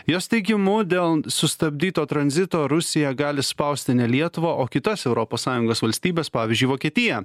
jos teigimu dėl sustabdyto tranzito rusija gali spausti ne lietuvą o kitas europos sąjungos valstybes pavyzdžiui vokietiją